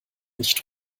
nicht